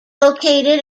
located